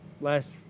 Last